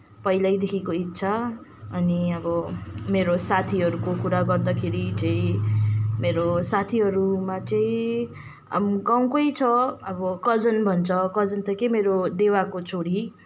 पहिल्यैदेखिको इच्छा अनि अब मेरो साथीहरूको कुरा गर्दाखेरि चाहिँ मेरो साथीहरूमा चाहिँ गाउँकै छ अब कजन भन्छ कजन त के मेरो देवाको छोरी